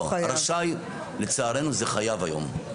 רשאי לצערנו זה חייב היום.